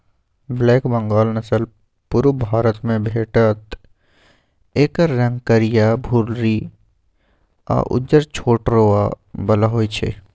black Bengal नसल पुरुब भारतमे भेटत एकर रंग करीया, भुल्ली आ उज्जर छोट रोआ बला होइ छइ